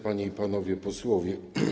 Panie i Panowie Posłowie!